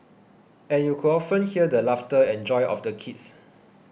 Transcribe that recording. and you could often hear the laughter and joy of the kids